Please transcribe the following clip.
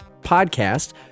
Podcast